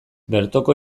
bertoko